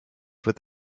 with